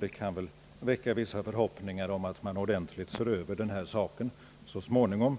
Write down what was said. Det kan väl väcka vissa förhoppningar om att man så småningom ordentligt ser över denna sak.